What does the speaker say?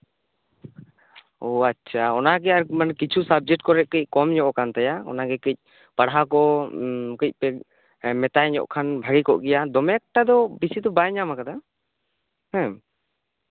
ᱚ ᱟᱪᱪᱷᱟ ᱚᱱᱟᱜᱮ ᱠᱤᱪᱷᱩ ᱥᱟᱵᱡᱮᱠᱴᱨᱮ ᱠᱚᱢ ᱧᱚᱜ ᱠᱟᱱ ᱛᱟᱭᱟ ᱚᱱᱟ ᱠᱟᱹᱴᱤᱡ ᱯᱟᱲᱦᱟᱣ ᱠᱚ ᱠᱟᱹᱴᱤᱡ ᱯᱮ ᱢᱮᱛᱟᱭ ᱧᱚᱜ ᱠᱷᱟᱱ ᱵᱷᱟᱜᱮ ᱠᱚ ᱜᱮᱭᱟ ᱫᱚᱢᱮ ᱮᱠᱴᱟ ᱫᱚ ᱵᱮᱥᱤ ᱫᱚ ᱵᱟᱭ ᱧᱟᱢ ᱠᱟᱫᱟ ᱦᱮᱸ